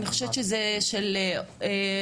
אני חושבת שזה של פורר,